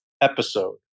episode